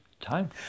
Time